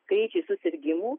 skaičiai susirgimų